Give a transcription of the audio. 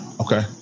Okay